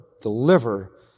deliver